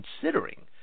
considering